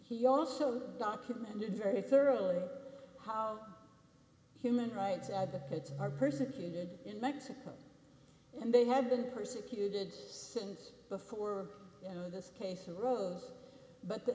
he also documented very thoroughly how human rights advocates are persecuted in mexico and they have been persecuted since before this case arose but the